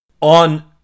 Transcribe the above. on